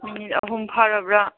minute ꯑꯍꯨꯝ ꯐꯥꯔꯕ꯭ꯔꯥ